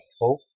hope